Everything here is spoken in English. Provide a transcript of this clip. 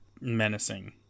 menacing